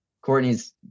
Courtney's